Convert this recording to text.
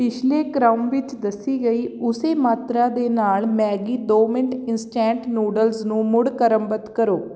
ਪਿਛਲੇ ਕ੍ਰਮ ਵਿੱਚ ਦੱਸੀ ਗਈ ਉਸੇ ਮਾਤਰਾ ਦੇ ਨਾਲ ਮੈਗੀ ਦੋ ਮਿੰਟ ਇਨਸਟੈਂਟ ਨੂਡਲਸ ਨੂੰ ਮੁੜ ਕ੍ਰਮਬੱਧ ਕਰੋ